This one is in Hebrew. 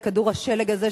את כדור השלג הזה,